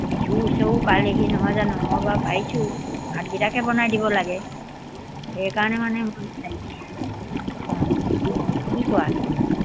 বিহু ওচৰো পালেহি নহয় জানো মই বাৰু পাৰিছোঁ ভাতকেইটাকে বনাই দিব লাগে সেইকাৰণে মানে মই বিচাৰিছোঁ অঁ কি কোৱা তুমি